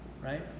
Right